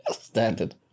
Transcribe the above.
Standard